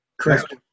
Correct